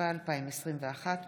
התשפ"א 2021,